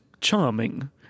charming